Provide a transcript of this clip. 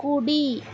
కుడి